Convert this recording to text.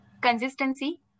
consistency